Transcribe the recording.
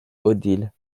odile